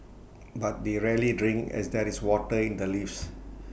but they rarely drink as there is water in the leaves